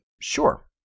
Sure